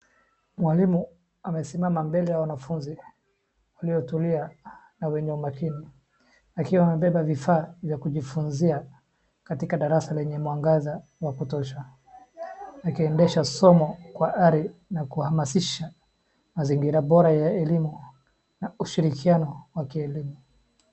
Mwalimu amesimama mbele ya wanafunzi waliotulia na wenye umakini akiwa amebeba vifaa vya kujifunzia katika darasa lenye mwangaza kutosha, akiendesha somo kwa ari na kuamasisha mazingira bora ya elimu na ushirikiano wa kielimu.